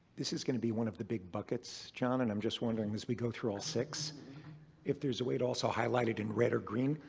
this is going to be one of the big buckets, john and i'm just wondering, as we go through all six if there's a way to also highlight it in red or green.